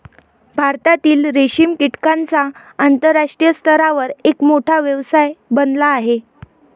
भारतातील रेशीम कीटकांचा आंतरराष्ट्रीय स्तरावर एक मोठा व्यवसाय बनला आहे